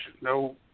no